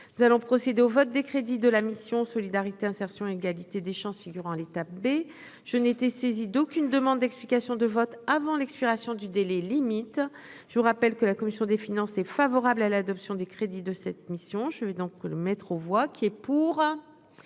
Nous allons procéder au vote des crédits de la mission Solidarité, insertion, égalité des chances, figurant l'étape taper, je n'ai été saisi d'aucune demande d'explication de vote avant l'expiration du délai limite je vous rappelle que la commission des finances, est favorable à l'adoption des crédits de cette mission j'donc le mettre aux voix qui est. Pour